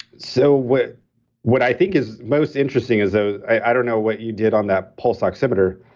so what what i think is most interesting is. though, i don't know what you did on that pulse oximeter,